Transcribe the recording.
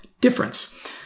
difference